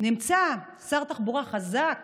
שכשנמצא שר תחבורה חזק